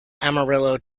amarillo